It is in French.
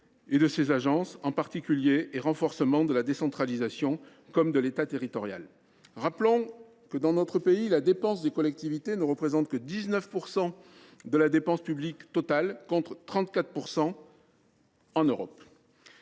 et de ses agences, en particulier, et renforcement de la décentralisation comme de l’État territorial. Dans notre pays, la dépense des collectivités ne représente que 19 % de la dépense publique totale, contre 34 % en Europe.